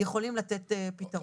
יכולים לתת פתרון.